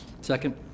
Second